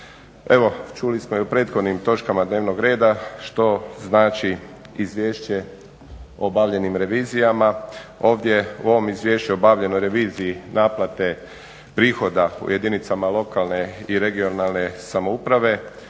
čuli smo i u prethodnim točkama dnevnog reda što znači izvješće o obavljenim revizijama. Ovdje u ovom izvješću u obavljenoj reviziji naplate prihoda u jedinicama lokalne i regionalne samouprave